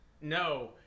no